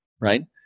right